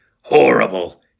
Horrible